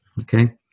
Okay